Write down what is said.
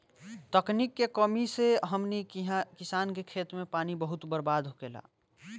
तकनीक के कमी से हमनी किहा किसान के खेत मे पानी बहुत बर्बाद होखेला